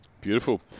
Beautiful